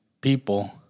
people